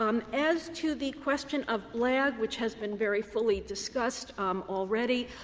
um as to the question of blag, which has been very fully discussed already,